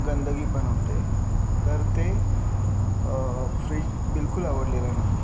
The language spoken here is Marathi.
गंदगी पण होते तर ते फ्रिज बिलकुल आवडलेला नाही आहे